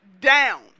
down